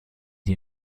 sie